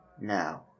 Now